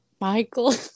Michael